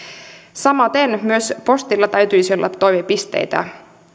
samaten postilla täytyisi olla toimipisteitä